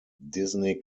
disney